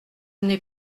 n’est